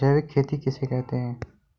जैविक खेती किसे कहते हैं?